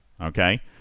Okay